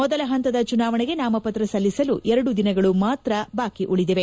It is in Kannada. ಮೊದಲ ಹಂತದ ಚುನಾವಣೆಗೆ ನಾಮಪತ್ರ ಸಲ್ಲಿಸಲು ಎರಡು ದಿನಗಳು ಮಾತ್ರ ಬಾಕಿ ಉಳಿದಿದೆ